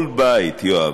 כל בית, יואב,